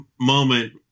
moment